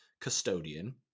custodian